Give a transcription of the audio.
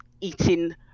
eating